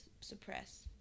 suppress